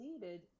needed